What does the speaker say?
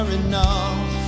enough